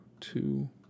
two